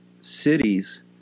cities